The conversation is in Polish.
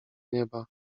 nieba